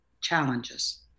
challenges